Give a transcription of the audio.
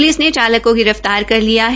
police ने चालक को गिरफ्तार कर लिया है